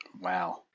wow